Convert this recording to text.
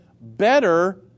better